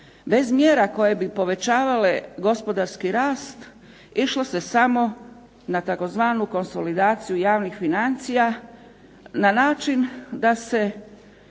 bez mjera koje bi povećavale gospodarski rast, išlo se samo na tzv. konsolidaciju javnih financija na način da se